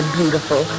beautiful